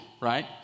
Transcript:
right